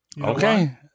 Okay